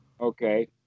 Okay